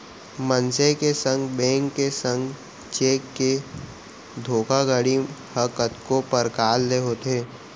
मनसे के संग, बेंक के संग चेक के धोखाघड़ी ह कतको परकार ले होथे